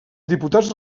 diputats